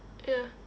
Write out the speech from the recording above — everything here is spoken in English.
ya